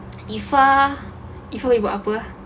iffa boleh buat apa